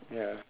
ya